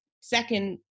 second